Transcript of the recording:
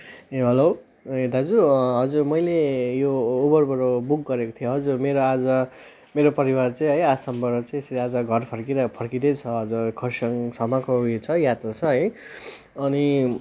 ए hello ए दाजु हजुर मैले यो उबरबाट बुक गरेको थिएँ हजुर मेरो आज मेरो परिवार चाहिँ है आसामबाट चााहिँ यसरी आज घर फर्किएर फर्किन्दै छ हजुर खर्साङसम्मको उयो छ यात्रा छ है अनि